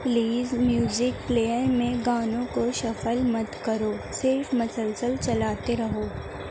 please music player میں گانوں کو شفل مت کرو صرف مسلسل چلاتے رہو